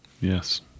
Yes